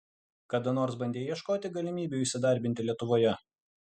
kada nors bandei ieškoti galimybių įsidarbinti lietuvoje